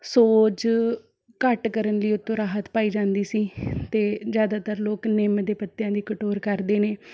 ਸੋਜ਼ ਘੱਟ ਕਰਨ ਲਈ ਉਹਤੋਂ ਰਾਹਤ ਪਾਈ ਜਾਂਦੀ ਸੀ ਅਤੇ ਜ਼ਿਆਦਾਤਰ ਲੋਕ ਨਿੰਮ ਦੇ ਪੱਤਿਆਂ ਦੀ ਕਟੋਰ ਕਰਦੇ ਨੇ